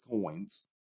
coins